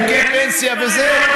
חוקי פנסיה וזה,